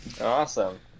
Awesome